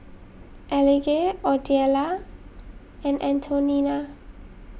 Elige Odelia and Antonina